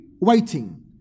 waiting